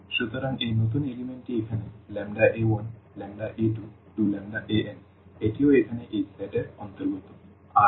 সুতরাং এই নতুন উপাদানটি এখানে a1a2an এটিও এখানে এই সেট এর অন্তর্গত Rn